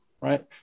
right